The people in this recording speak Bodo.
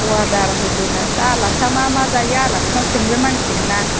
अर्दार होग्रोनो दा आलासिया मा मा जायो दा आलासिनाव सोंग्रो नांसिगोनना